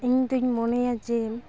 ᱤᱧ ᱫᱩᱧ ᱢᱚᱱᱮᱭᱟ ᱡᱮ